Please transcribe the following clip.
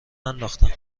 ننداختم